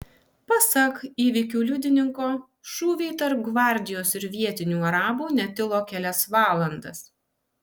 pasak įvykių liudininko šūviai tarp gvardijos ir vietinių arabų netilo kelias valandas